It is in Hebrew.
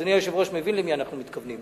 אדוני היושב-ראש מבין למי אנחנו מתכוונים.